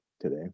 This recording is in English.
today